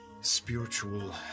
spiritual